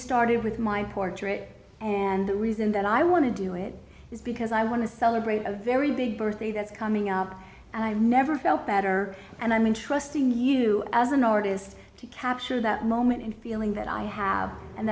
started with my portrait and the reason that i want to do it is because i want to celebrate a very big birthday that's coming up and i've never felt better and i mean trustingly you as an artist to capture that moment in feeling that i have and